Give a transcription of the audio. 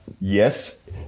yes